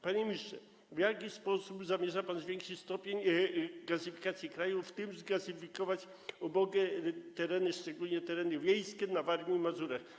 Panie ministrze, w jaki sposób zamierza pan zwiększyć stopień gazyfikacji kraju, w tym zgazyfikować ubogie tereny, szczególnie tereny wiejskie na Warmii i Mazurach?